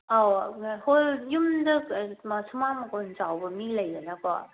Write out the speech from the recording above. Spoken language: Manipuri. ꯑꯥꯎ ꯍꯣꯏ ꯌꯨꯝꯗ ꯀꯩꯅꯣ ꯁꯨꯃꯥꯡ ꯃꯥꯡꯒꯣꯟ ꯆꯥꯎꯕ ꯃꯤ ꯂꯩꯗꯅꯀꯣ